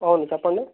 అవును చెప్పండి